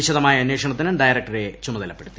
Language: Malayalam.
വിശദമായ അന്വേഷണത്തിന് ഡയറക്ടറെ ചുമതലപ്പെടുത്തി